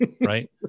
right